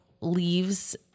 leaves